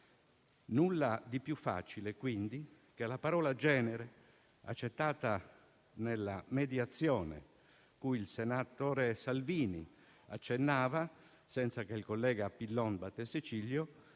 Nulla di più facile, quindi, che la parola «genere» sia accettata nella mediazione cui il senatore Salvini accennava, senza che il collega Pillon battesse ciglio,